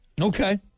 Okay